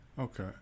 Okay